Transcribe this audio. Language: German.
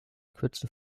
kürze